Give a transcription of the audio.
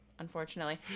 Unfortunately